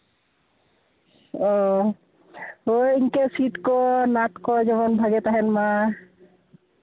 ᱚ ᱳᱭ ᱤᱱᱠᱟᱹ ᱥᱤᱴ ᱠᱚ ᱱᱟᱴ ᱠᱚ ᱡᱮᱢᱚᱱ ᱵᱷᱟᱜᱮ ᱛᱟᱦᱮᱱ ᱢᱟ